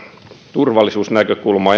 turvallisuusnäkökulmaa